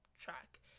track